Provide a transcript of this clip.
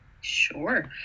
Sure